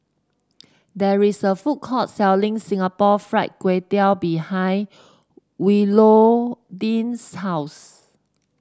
there is a food court selling Singapore Fried Kway Tiao behind Willodean's house